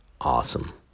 Awesome